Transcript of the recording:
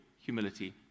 humility